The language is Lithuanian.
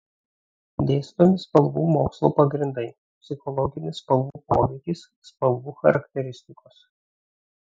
dėstomi spalvų mokslo pagrindai psichologinis spalvų poveikis spalvų charakteristikos